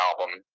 album